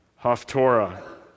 Haftorah